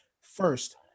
first